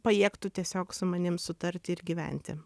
pajėgtų tiesiog su manim sutarti ir gyventi